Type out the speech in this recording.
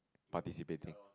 participating